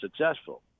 successful